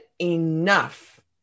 enough